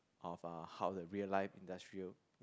of uh how the real life industrial